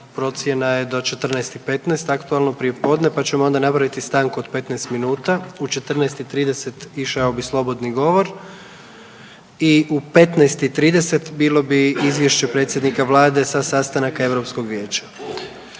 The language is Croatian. procjena je do 14 i 15 aktualno prijepodne, pa ćemo onda napraviti stanku od 15 minuta. U 14 i 30 išao bi slobodni govor i u 15 i 30 bilo bi izvješće predsjednika vlade sa sastanaka Europskog vijeća.